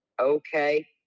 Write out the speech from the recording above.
okay